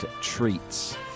treats